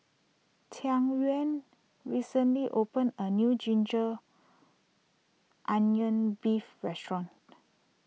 Tyquan recently opened a new Ginger Onion Beef restaurant